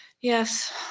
Yes